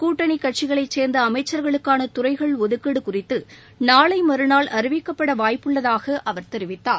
கூட்டணி கட்சிகளைச் சேர்ந்த அமைச்சர்களுக்கான துறைகள் ஒதுக்கீடு குறித்து நாளை மறநாள் அறிவிக்கப்பட வாய்ப்புள்ளதாக அவர் தெரிவித்தார்